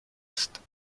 ist